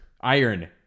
Iron